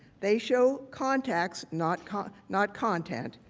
they show contacts, not kind of not content,